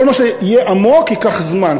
כל מה שיהיה עמוק ייקח זמן,